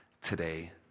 today